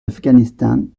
afghanistan